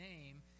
name